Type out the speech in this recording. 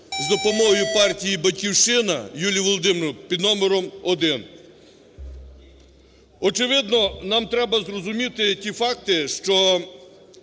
за допомогою партії "Батьківщина" Юлії Володимирівни під номером 1. Очевидно, нам треба зрозуміти ті факти, що